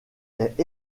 est